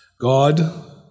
God